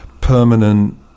permanent